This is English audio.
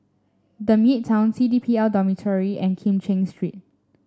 The Midtown C D P L Dormitory and Kim Cheng Street